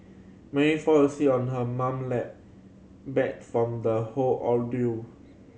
Mary fall asleep on her mum lap bat from the whole ordeal